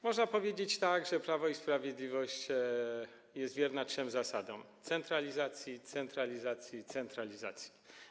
Można powiedzieć, że Prawo i Sprawiedliwość jest wierne trzem zasadom: centralizacji, centralizacji, centralizacji.